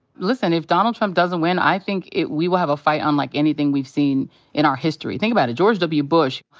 listen, if donald trump doesn't win, i think we will have a fight unlike anything we've seen in our history. think about it. george w. bush,